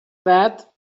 that